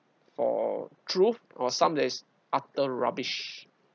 for truth or some that is utter rubbish